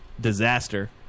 disaster